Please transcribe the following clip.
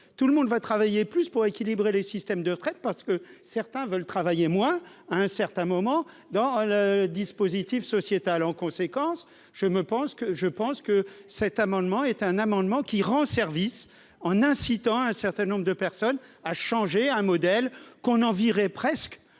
tout le monde va travailler plus pour équilibrer les systèmes de retraite parce que certains veulent travailler, moi, à un certain moment dans le dispositif sociétal en conséquence je me pense que je pense que cet amendement est un amendement qui rend service en incitant à un certain nombre de personnes a changé un modèle qu'on envierait presque